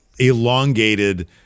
elongated